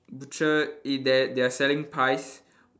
butcher i~ they they are selling pies